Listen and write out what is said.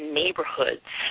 neighborhoods